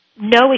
no